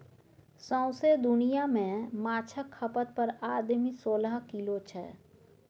सौंसे दुनियाँ मे माछक खपत पर आदमी सोलह किलो छै